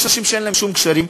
יש אנשים שאין להם שום קשרים,